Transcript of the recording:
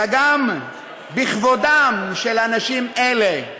אלא גם בכבודם של אנשים אלה,